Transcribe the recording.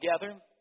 together